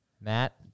Matt